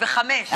ב-17:00.